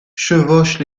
chevauche